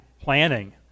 planning